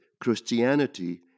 Christianity